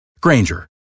Granger